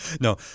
no